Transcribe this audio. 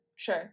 Sure